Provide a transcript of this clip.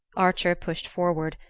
archer pushed forward,